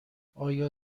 آیا